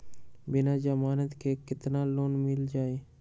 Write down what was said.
बिना जमानत के केतना लोन मिल जाइ?